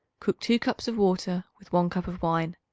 cook two cups of water with one cup of wine.